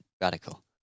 radical